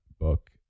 book